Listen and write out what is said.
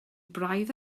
braidd